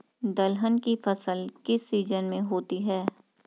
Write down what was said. दलहन की फसल किस सीजन में होती है?